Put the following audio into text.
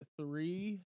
three